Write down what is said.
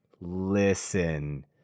listen